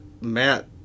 Matt